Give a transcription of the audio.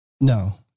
No